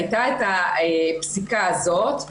הייתה את הפסיקה הזאת.